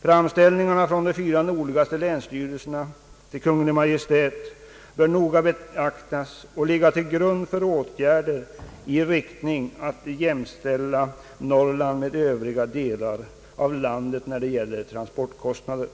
Framställningarna från de fyra nordligaste länsstyrelserna till Kungl. Maj:t bör noga beaktas och läggas till grund för åtgärder i syfte att jämställa Norrland med övriga delar av landet när det gäller transportkostnader.